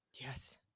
yes